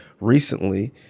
recently